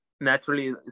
Naturally